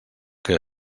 que